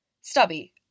Stubby